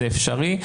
זה אפשרי.